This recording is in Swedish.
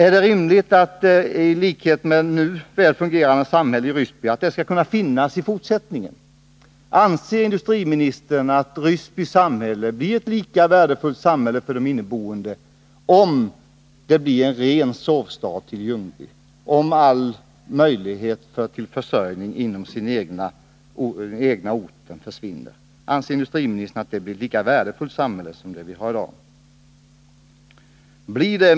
Är det rimligt att det väl fungerande samhället Ryssby i fortsättningen skall finnas kvar i nuvarande form? Anser industriministern att Ryssby samhälle blir lika värdefullt för de där boende, om det blir en ren sovstad till Ljungby och all möjlighet till försörjning på orten försvinner?